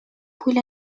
پول